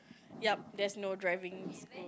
ya there's no driving